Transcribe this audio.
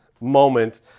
moment